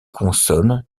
consonnes